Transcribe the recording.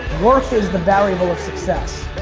work is the variable of success.